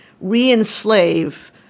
re-enslave